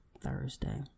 Thursday